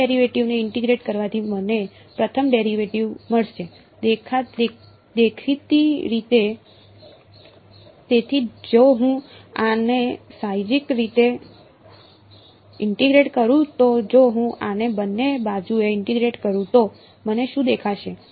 બીજા ડેરિવેટિવને ઇન્ટીગ્રેટ કરવાથી મને પ્રથમ ડેરિવેટિવ મળશે દેખીતી રીતે તેથી જો હું આને સાહજિક રીતે ઇન્ટીગ્રેટ કરું તો જો હું આને બંને બાજુએ ઇન્ટીગ્રેટ કરું તો મને શું દેખાશે